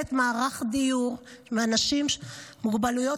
מנהלת מערך דיור לאנשים עם מוגבלויות